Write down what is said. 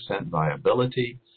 viability